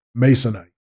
Masonite